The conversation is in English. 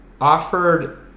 offered